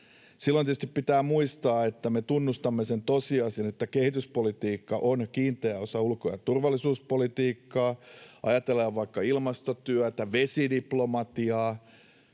Silloin tietysti pitää muistaa, että me tunnustamme sen tosiasian, että kehityspolitiikka on kiinteä osa ulko- ja turvallisuuspolitiikkaa, ajatellaan vaikka ilmastotyötä, vesidiplomatiaa,